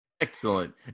Excellent